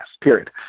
Period